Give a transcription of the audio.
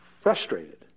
frustrated